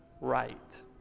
right